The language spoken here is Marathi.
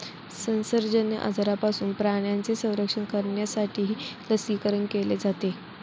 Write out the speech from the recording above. संसर्गजन्य आजारांपासून प्राण्यांचे संरक्षण करण्यासाठीही लसीकरण केले जाते